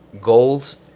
goals